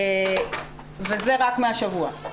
זה רק מהשבוע.